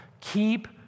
Keep